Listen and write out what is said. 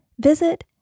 visit